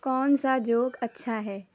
کون سا جوک اچھا ہے